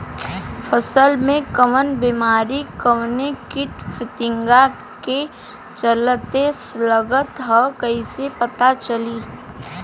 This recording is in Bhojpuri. फसल में कवन बेमारी कवने कीट फतिंगा के चलते लगल ह कइसे पता चली?